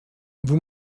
vous